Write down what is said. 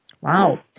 Wow